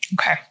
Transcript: Okay